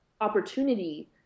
opportunity